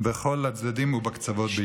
בכל הצדדים ובקצוות בעיקר.